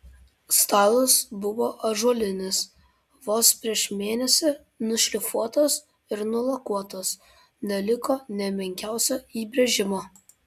stalas buvo ąžuolinis vos prieš mėnesį nušlifuotas ir nulakuotas neliko nė menkiausio įbrėžimo